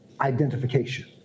identification